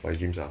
my dreams ah